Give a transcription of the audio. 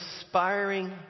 inspiring